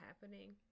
happening